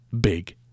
big